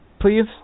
please